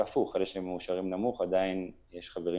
והפוך, אלה שמאושרים נמוך, יש עדיין חברים